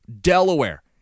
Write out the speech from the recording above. Delaware